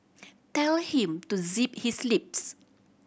tell him to zip his lips